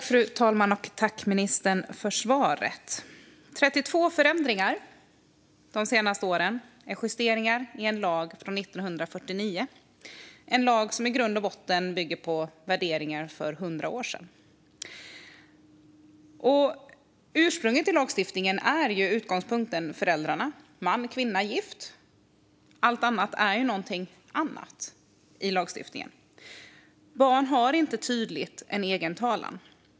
Fru talman! Tack, ministern, för svaret! Det har varit 32 förändringar de senaste åren med justeringar i en lag från 1949. Det är en lag som i grund och botten bygger på värderingar från hundra år sedan. Utgångspunkten i lagstiftningen är att föräldrarna är man och kvinna och gifta. Allt annat är någonting annat i lagstiftningen. Barn har inte tydligt en egen talan.